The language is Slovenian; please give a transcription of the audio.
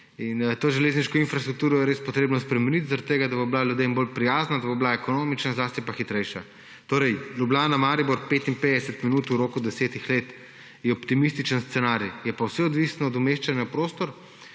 To železniško infrastrukturo je res potrebno spremeniti, zaradi tega da bo ljudem bolj prijazna, da bo ekonomična, zlasti pa hitrejša. Torej, Ljubljana–Maribor 55 minut v roku 10 let je optimističen scenarij, je pa vse odvisno od umeščanja v prostor